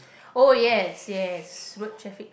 oh yes yes road traffic